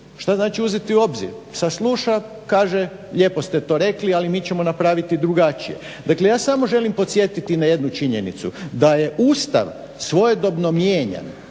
Šta znači uzeti u obzir? Sasluša kaže, lijepo ste to rekli ali mi ćemo napraviti drugačije. Dakle, ja samo želim podsjetiti na jednu činjenicu da je Ustav svojedobno mijenjan